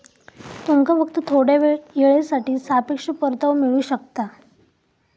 तुमका फक्त थोड्या येळेसाठी सापेक्ष परतावो मिळू शकता